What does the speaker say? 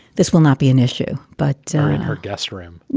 this will not be an issue but in her guestroom